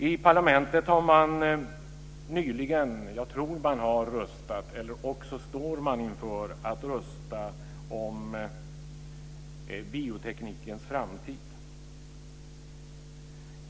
I parlamentet har man nyligen, tror jag, röstat, eller också står man inför att rösta, om bioteknikens framtid.